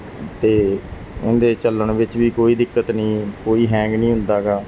ਅਤੇ ਇਹਦੇ ਚੱਲਣ ਵਿੱਚ ਵੀ ਕੋਈ ਦਿੱਕਤ ਨਹੀਂ ਕੋਈ ਹੈਂਗ ਨਹੀਂ ਹੁੰਦਾ ਹੈਗਾ